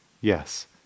Yes